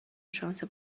شانس